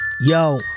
Yo